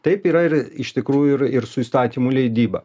taip yra ir iš tikrųjų ir ir su įstatymų leidyba